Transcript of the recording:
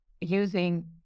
using